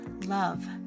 love